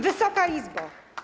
Wysoka Izbo!